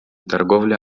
торговля